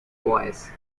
voice